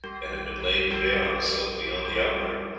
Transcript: and had been laid to bear on the slope beyond the outwork.